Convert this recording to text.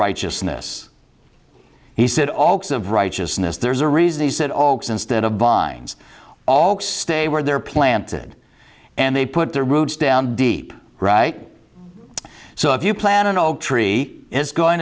righteousness he said all kinds of righteousness there's a reason he said oaks instead of binds all stay where they're planted and they put their roots down deep right so if you plant an oak tree it's going